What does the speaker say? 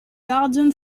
garden